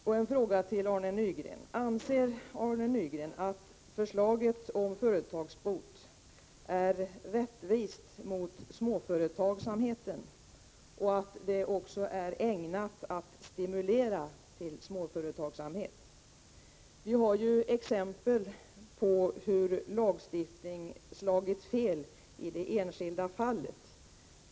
Jag vill fråga Arne Nygren om han anser att förslaget om företagsbot är rättvist mot småföretagsamheten och att det också är ägnat att stimulera till småföretagsamhet. Vi har ju exempel på hur lagstiftning slagit fel i det enskilda fallet.